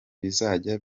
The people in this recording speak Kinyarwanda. bizajya